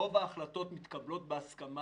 מתקבלות בהסכמה.